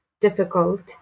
difficult